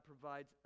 provides